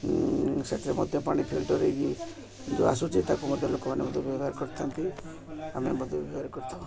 ସେଠାରେ ମଧ୍ୟ ପାଣି ଫିଲ୍ଟର ହୋଇକି ଯୋଉ ଆସୁଛି ତାକୁ ମଧ୍ୟ ଲୋକମାନେ ମଧ୍ୟ ବ୍ୟବହାର କରିଥାନ୍ତି ଆମେ ମଧ୍ୟ ବ୍ୟବହାର କରିଥାଉ